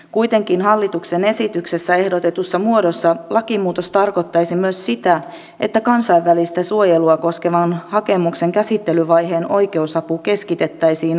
kuitenkin hallituksen esityksessä ehdotetussa muodossa lakimuutos tarkoittaisi myös sitä että kansainvälistä suojelua koskevan hakemuksen käsittelyvaiheen oikeusapu keskitettäisiin oikeusaputoimistoihin